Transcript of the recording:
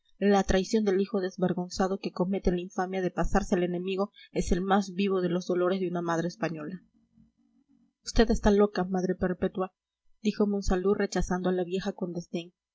la traición del hijo desvergonzado que comete la infamia de pasarse al enemigo es el más vivo de los dolores de una madre española usted está loca madre perpetua dijo monsalud rechazando a la vieja con desdén